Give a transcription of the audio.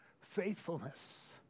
faithfulness